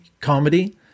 comedy